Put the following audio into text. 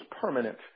permanent